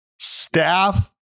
staff